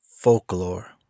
Folklore